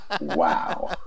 Wow